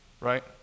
Right